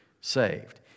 saved